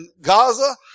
Gaza